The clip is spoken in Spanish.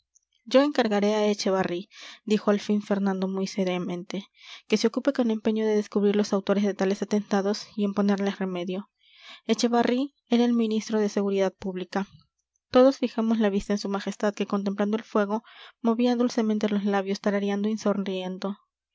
yo encargaré a echevarri dijo al fin fernando muy seriamente que se ocupe con empeño de descubrir los autores de tales atentados y en ponerles remedio echevarri era el ministro de seguridad pública todos fijamos la vista en su majestad que contemplando el fuego movía dulcemente los labios tarareando